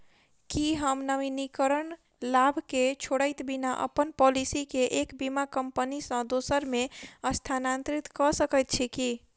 की हम नवीनीकरण लाभ केँ छोड़इत बिना अप्पन पॉलिसी केँ एक बीमा कंपनी सँ दोसर मे स्थानांतरित कऽ सकैत छी की?